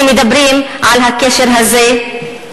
שמדברים על הקשר הזה.